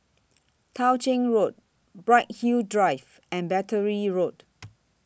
Tao Ching Road Bright Hill Drive and Battery Road